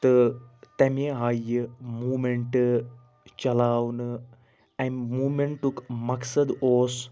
تہٕ تمے آیہِ یہِ موٗمیٚنٹہٕ چلاونہٕ اَمہِ موٗمیٚنٹُک مَقصد اوس